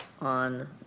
on